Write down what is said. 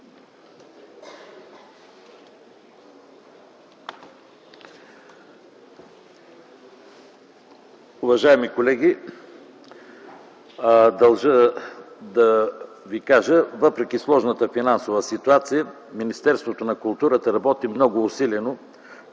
въпреки сложната финансова ситуация Министерството на културата работи много усилено,